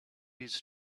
his